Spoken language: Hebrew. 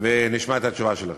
עליו ונשמע את התשובה שלך.